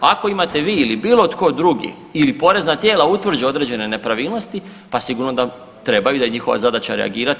Ako imate vi ili bilo tko drugi ili porezna tijela utvrde određene nepravilnosti pa sigurno da trebaju i da je njihova zadaća reagirati.